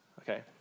Okay